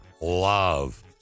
love